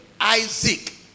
Isaac